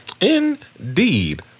Indeed